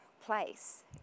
place